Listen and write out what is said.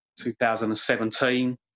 2017